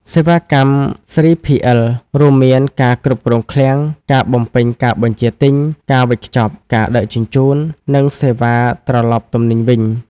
សេវាកម្ម 3PL រួមមានការគ្រប់គ្រងឃ្លាំង ការបំពេញការបញ្ជាទិញ ការវេចខ្ចប់ ការដឹកជញ្ជូន និងសេវាត្រឡប់ទំនិញវិញ ។